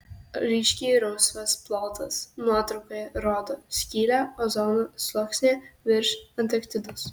ryškiai rausvas plotas nuotraukoje rodo skylę ozono sluoksnyje virš antarktidos